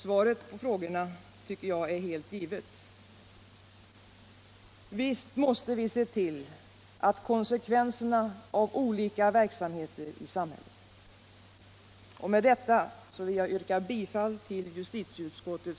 Svaret öå frågorna tycker jag är helt givet. Visst måste vi se till konsekvenserna av olika verksamheter i samhället.